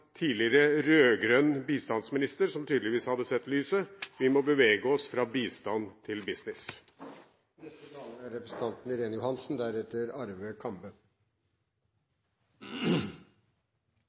tidligere, rød-grønn bistandsminister, som tydeligvis hadde sett lyset: Vi må bevege oss fra bistand til